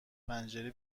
پنجره